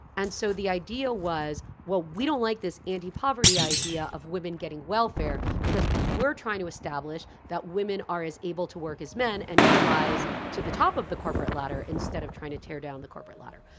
and so the idea was, well, we don't like this anti-poverty idea of women getting welfare because we're trying to establish that women are as able to work as men and should rise to the top of the corporate ladder instead of trying to tear down the corporate ladder.